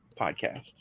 Podcast